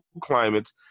climates